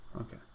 Okay